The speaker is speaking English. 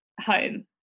home